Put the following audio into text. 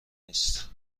نیست